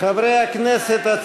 חברי הכנסת,